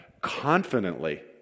confidently